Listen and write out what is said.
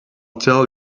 tell